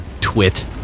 twit